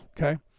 Okay